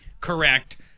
correct